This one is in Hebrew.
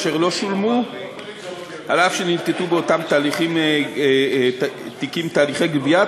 אשר לא שולמו אף שננקטו באותם תיקים תהליכי גבייה,